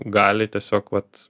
gali tiesiog vat